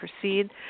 proceed